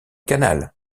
canal